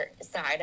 side